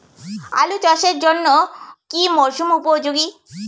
আলু চাষের জন্য কি মরসুম উপযোগী?